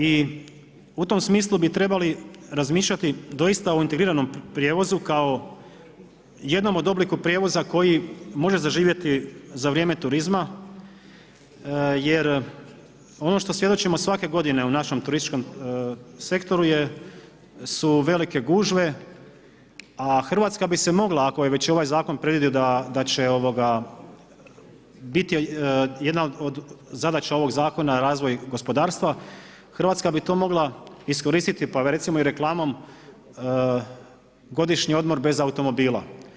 I u tom smislu bi trebali razmišljati doista o integriranom prijevozu kao jednom o obliku prijevoza koji može zaživjeti za vrijeme turizma jer ono što svjedočimo svake godine u našem turističkom sektoru su velike gužve a Hrvatska bi se mogla ako je već ovaj zakon predvidio da će biti jedna od zadaća ovog zakona razvoj gospodarstva Hrvatska bi to mogla iskoristiti pa recimo i reklamom godišnji odmor bez automobila.